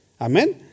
Amen